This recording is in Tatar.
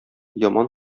яман